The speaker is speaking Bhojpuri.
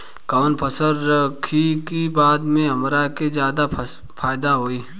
कवन फसल रखी कि बाद में हमरा के ज्यादा फायदा होयी?